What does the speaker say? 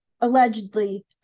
allegedly